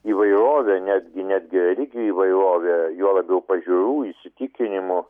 įvairovė netgi netgi religijų įvairovė juo labiau pažiūrų įsitikinimų